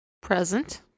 Present